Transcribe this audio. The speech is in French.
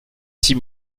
six